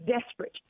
desperate